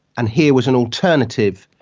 and here was an alternative,